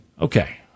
okay